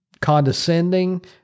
condescending